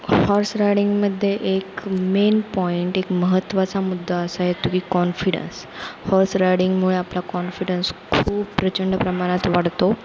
horse रायडिंगमध्ये एक main point एक महत्त्वाचा मुद्दा असा येतो की कॉन्फिडन्स हॉर्स रायडिंगमुळे आपला कॉन्फिडन्स खूप प्रचंड प्रमाणात वाढतो